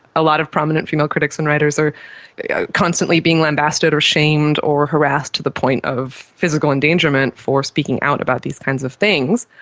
a lot of prominent female critics and writers are constantly being lambasted or shamed or harassed to the point of physical engagement for speaking out about these kinds of things.